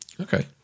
Okay